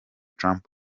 trump